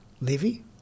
levy